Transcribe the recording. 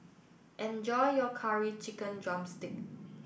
enjoy your Curry Chicken Drumstick